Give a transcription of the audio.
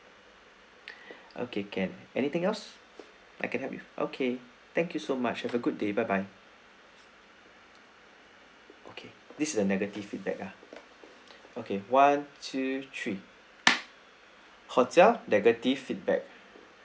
okay can anything else I can help with okay thank you so much have a good day bye bye okay this is a negative feedback ah okay one two three hotel negative feedback